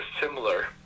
similar